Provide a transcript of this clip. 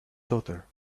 daughter